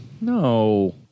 No